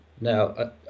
Now